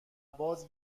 باز